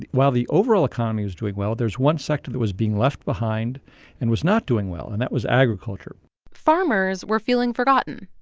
while the overall economy was doing well, there's one sector that was being left behind and was not doing well, and that was agriculture farmers were feeling forgotten,